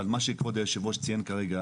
אבל מה שכבוד יושב הראש ציין כרגע,